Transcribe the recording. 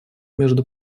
между